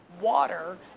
water